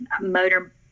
motor